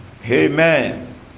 amen